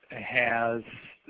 ah has